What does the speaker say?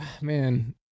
Man